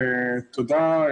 תודה,